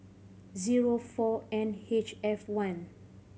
zero four N H F one